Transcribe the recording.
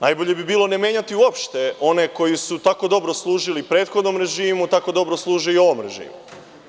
Najbolje bi bilo ne menjati uopšte one koji su tako dobro služili prethodnom režimu, tako dobro služe i ovom režimu.